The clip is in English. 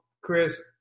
Chris